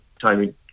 timing